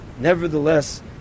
nevertheless